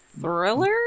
thriller